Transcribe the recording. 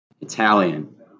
Italian